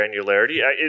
granularity